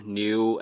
new